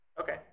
Okay